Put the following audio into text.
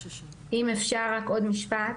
שנייה, אם אפשר רק עוד משפט,